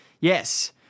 Yes